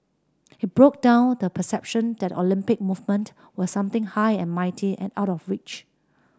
it broke down the perception that Olympic movement were something high and mighty and out of reach